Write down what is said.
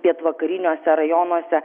pietvakariniuose rajonuose